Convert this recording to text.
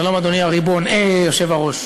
שלום, אדוני הריבון, אה, היושב-ראש,